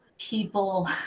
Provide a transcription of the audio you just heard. people